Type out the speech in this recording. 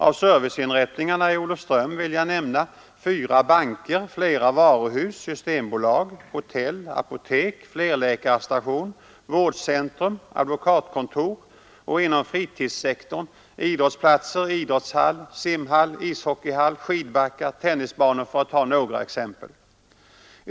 Av serviceinrättningarna i Olofström vill jag nämna fyra banker, flera varuhus, systembolag, hotell, apotek, tlerläkarstation, vårdcentrum, advokatkontor och inom = fritidssektorn idrottsplatser, simhall, ishockey hall, skidbackar, tennisbanor, för att ta några exempel.